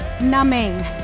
numbing